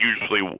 Usually